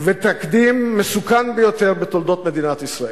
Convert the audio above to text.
ותקדים מסוכן ביותר בתולדות מדינת ישראל.